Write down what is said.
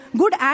good